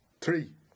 Three